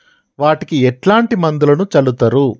వాటికి ఎట్లాంటి మందులను చల్లుతరు?